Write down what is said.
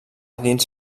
dins